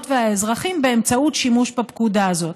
ובאזרחים באמצעות שימוש בפקודה הזו.